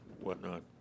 whatnot